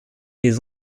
des